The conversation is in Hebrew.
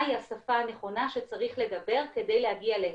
השפה הנכונה שצריך לדבר כדי להגיע אליהם,